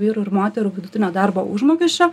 vyrų ir moterų vidutinio darbo užmokesčio